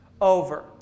over